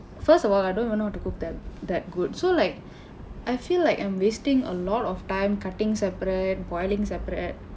first of all I don't even know how to cook that that good so like I feel like I'm wasting a lot of time cutting separate boiling separate